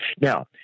Now